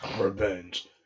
revenge